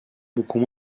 beaucoup